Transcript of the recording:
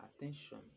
attention